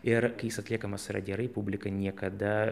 ir kai jis atliekamas yra gerai publika niekada